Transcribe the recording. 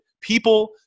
People